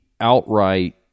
outright